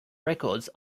recordings